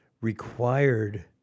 required